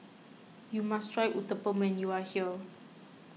you must try Uthapam when you are here